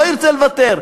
לא ירצה לוותר,